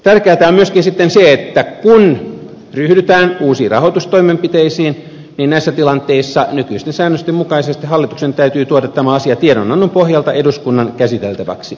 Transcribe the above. tärkeätä on myöskin sitten se että kun ryhdytään uusiin rahoitustoimenpiteisiin niin näissä tilanteissa nykyisten säännösten mukaisesti hallituksen täytyy tuoda tämä asia tiedonannon pohjalta eduskunnan käsiteltäväksi